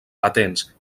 patents